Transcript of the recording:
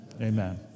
Amen